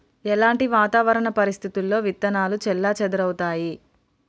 ఎలాంటి వాతావరణ పరిస్థితుల్లో విత్తనాలు చెల్లాచెదరవుతయీ?